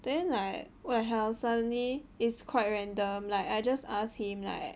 then like when I was suddenly is quite random like I just ask him like